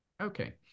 Okay